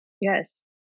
Yes